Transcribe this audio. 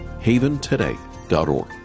Haventoday.org